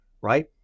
right